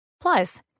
Plus